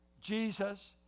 Jesus